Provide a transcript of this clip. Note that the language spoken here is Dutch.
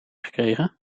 gekregen